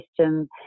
system